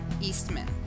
Eastman